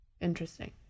interesting